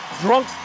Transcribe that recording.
drunk